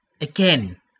Again